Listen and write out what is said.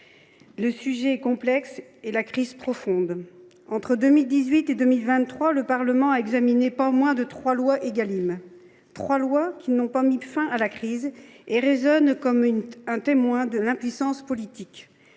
Le sujet est complexe et la crise profonde. Entre 2018 et 2023, le Parlement a examiné pas moins de trois lois Égalim, qui n’ont pas mis fin à la crise et témoignent de l’impuissance politique.